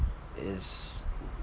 is